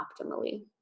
optimally